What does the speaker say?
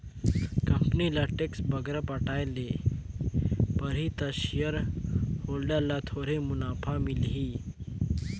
company ल tax बगरा पटाए ले परही ता सेयर होल्डर ल थोरहें मुनाफा मिलही